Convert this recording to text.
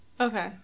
Okay